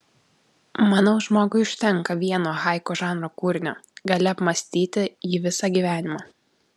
manau žmogui užtenka vieno haiku žanro kūrinio gali apmąstyti jį visą gyvenimą